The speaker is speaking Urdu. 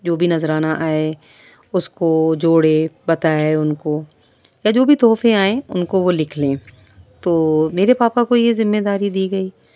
جو بھی نذرانہ آئے اس کو جوڑے بتائے ان کو یا جو بھی تحفے آئیں ان کو وہ لکھ لیں تو میرے پاپا کو یہ ذمے داری دی گئی